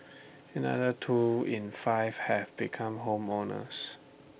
another two in five have become home owners